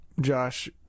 Josh